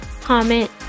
comment